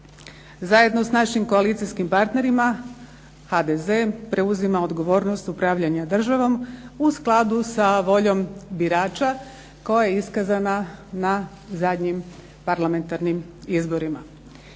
Zajedno sa našim koalicijskim partnerima HDZ-om preuzima odgovornost upravljanja državom u skladu sa voljom birača koja je iskazana na zadnjim parlamentarnim izborima.